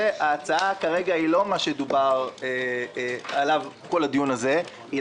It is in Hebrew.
ההצעה כרגע היא לא מה שדובר עליו בכל הדיון הזה אלא